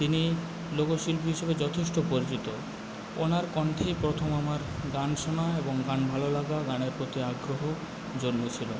তিনি লোকশিল্পী হিসাবে যথেষ্ট পরিচিত ওনার কন্ঠে প্রথম আমার গান শোনা এবং গান ভালোলাগা গানের প্রতি আগ্রহ জন্মেছিল